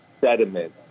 sediment